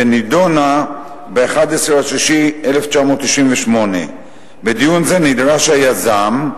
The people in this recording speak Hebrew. ונדונה ב-11 ביוני 1998. בדיון זה נדרש היזם,